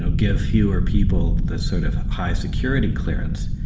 ah give fewer people the sort of high security clearance.